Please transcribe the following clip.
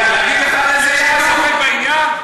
ודאי, יש לך ספק בעניין?